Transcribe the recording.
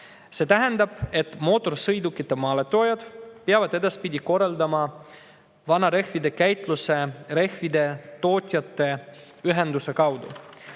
See tähendab, et mootorsõidukite maaletoojad peavad edaspidi korraldama vanarehvide käitluse rehvide tootjate ühenduse kaudu.